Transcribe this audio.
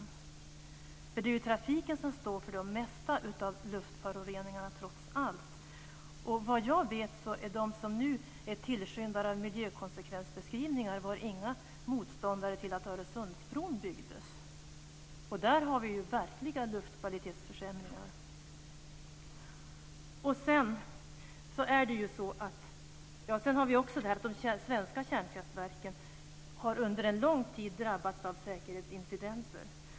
Det är ju trots allt trafiken som står för det mesta av luftföroreningarna. Vad jag vet var de som nu är tillskyndare av miljökonsekvensbeskrivningar inga motståndare till att Öresundsbron byggdes. Och där har vi ju verkliga luftkvalitetsförsämringar. De svenska kärnkraftverken har under en lång tid drabbats av säkerhetsincidenter.